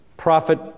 prophet